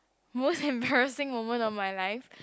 most embarrassing moment of my life